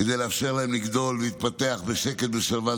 כדי לאפשר להם לגדול ולהתפתח בשקט, בשלווה.